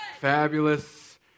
Fabulous